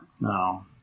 No